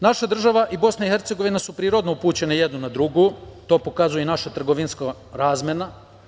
Naša država i Bosna i Hercegovina su prirodno upućene jedna na drugu, to pokazuje i naša trgovinska razmena.